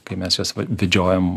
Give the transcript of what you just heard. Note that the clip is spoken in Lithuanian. kai mes juos vedžiojam